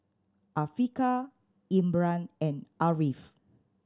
Afiqah Imran and Ariff